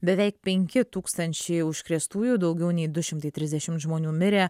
beveik penki tūkstančiai užkrėstųjų daugiau nei du šimtai trisdešimt žmonių mirė